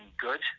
good